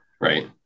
Right